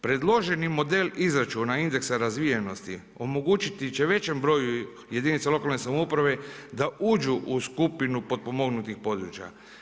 Predloženi model izračuna indeksa razvijenosti omogućiti će većem broju jedinica lokalne samouprave da uđu u skupinu potpomognutih područja.